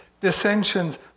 dissensions